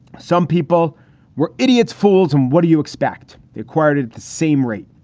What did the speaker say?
some people were idiots, fools. and what do you expect? they acquired it at the same rate.